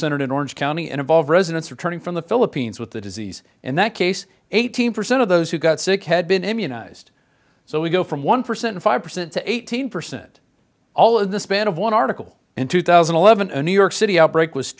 centered in orange county and evolve residents returning from the philippines with the disease in that case eighteen percent of those who got sick had been immunized so we go from one percent five percent to eighteen percent all in the span of one article in two thousand and eleven a new york city outbreak was